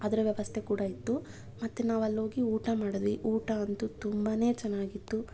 ಅದರ ವ್ಯವಸ್ಥೆ ಕೂಡ ಇತ್ತು ಮತ್ತೆ ನಾವಲ್ಲೋಗಿ ಊಟ ಮಾಡಿದ್ವಿ ಊಟ ಅಂತೂ ತುಂಬನೇ ಚೆನ್ನಾಗಿತ್ತು